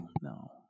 no